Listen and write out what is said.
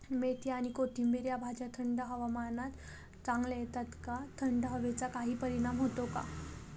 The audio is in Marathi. मेथी आणि कोथिंबिर या भाज्या थंड हवामानात चांगल्या येतात का? थंड हवेचा काही परिणाम होतो का?